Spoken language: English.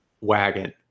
wagon